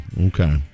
Okay